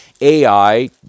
AI